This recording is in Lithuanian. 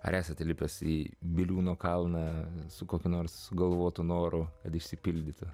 ar esate lipęs į biliūno kalną su kokiu nors galvotų noro kad išsipildytų